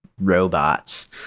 robots